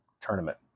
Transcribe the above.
tournament